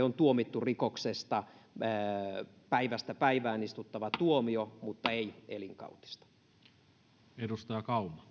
on tuomittu rikoksesta päivästä päivään istuttava tuomio mutta ei elinkautista arvoisa